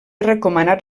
recomanat